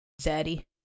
Daddy